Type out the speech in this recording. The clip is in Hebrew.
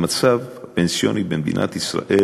המצב הפנסיוני במדינת ישראל